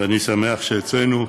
ואני שמח שאצלנו,